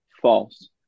False